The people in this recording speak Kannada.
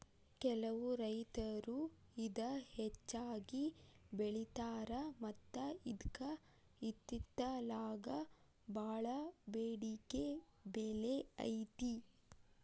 ಕೆಲವು ರೈತರು ಇದ ಹೆಚ್ಚಾಗಿ ಬೆಳಿತಾರ ಮತ್ತ ಇದ್ಕ ಇತ್ತಿತ್ತಲಾಗ ಬಾಳ ಬೆಡಿಕೆ ಬೆಲೆ ಐತಿ